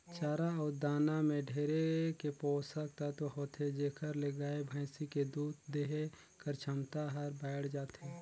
चारा अउ दाना में ढेरे के पोसक तत्व होथे जेखर ले गाय, भइसी के दूद देहे कर छमता हर बायड़ जाथे